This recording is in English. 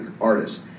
artists